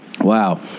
Wow